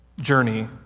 journey